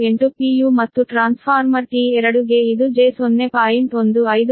u ಮತ್ತು transformer T2 ಗೆ ಇದು j0